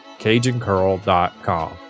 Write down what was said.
CajunCurl.com